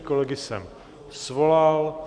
Kolegy jsem svolal.